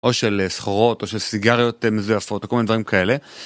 או של סחורות או של סיגריות מזויפות, כל מיני דברים כאלה.